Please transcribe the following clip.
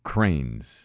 cranes